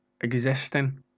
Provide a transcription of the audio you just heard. existing